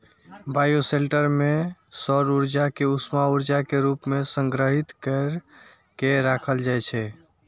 bioshelter मे सौर ऊर्जा कें उष्मा ऊर्जा के रूप मे संग्रहीत कैर के राखल जाइ छै